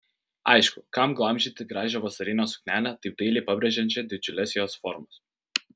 aišku kam glamžyti gražią vasarinę suknelę taip dailiai pabrėžiančią didžiules jos formas